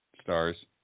Stars